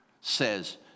says